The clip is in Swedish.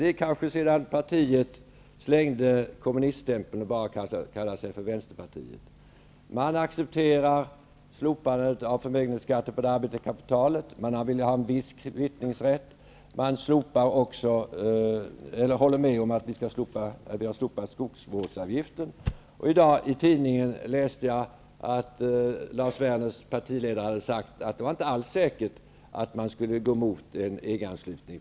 Det är kanske sedan partiet slängde kommuniststämpeln och började kalla sig Man vill ha en viss kvittningsrätt, och man håller med om att slopa skogsvårdsavgiften. I dag läste jag i en tidning att Lars Werner, partiledaren, har sagt att det inte är helt säkert att Vänsterpartiet går emot en EG-anslutning.